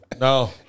No